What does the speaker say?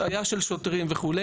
השעיה של שוטר וכו',